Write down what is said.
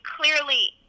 clearly